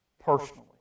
personally